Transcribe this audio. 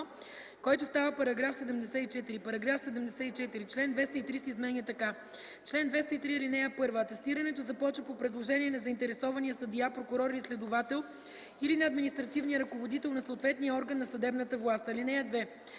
който става § 74: „§ 74. Член 203 се изменя така: „Чл. 203. (1) Атестирането започва по предложение на заинтересования съдия, прокурор или следовател или на административния ръководител на съответния орган на съдебната власт. (2)